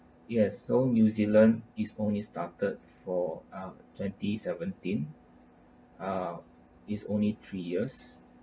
yes so new zealand is only started for ah twenty seventeen ah is only three years